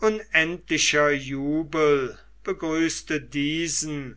unendlicher jubel begrüßte diesen